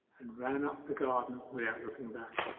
and ran up the garden without looking back.